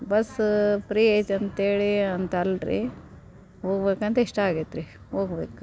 ಬಸ free ಐತೆ ಅಂತ್ಹೇಳಿ ಅಂತ ಅಲ್ಲ ರಿ ಹೋಗ್ಬೇಕಂತ ಇಷ್ಟ ಆಗೈತ್ರಿ ಹೋಗ್ಬೇಕು